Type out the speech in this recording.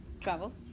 Travel